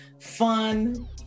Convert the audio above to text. fun